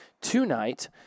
tonight